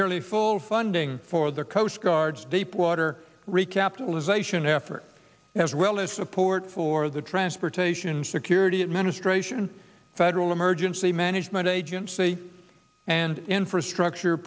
nearly full funding for the coastguards deepwater recapitalization effort as well as support for the transportation security administration federal emergency management agency and infrastructure